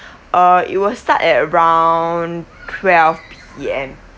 uh it will start at around twelve P_M